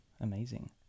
amazing